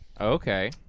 Okay